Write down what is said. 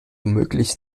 möglichst